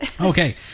Okay